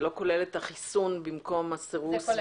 זה לא כולל את החיסון במקום הסירוס?